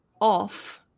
off